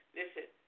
Listen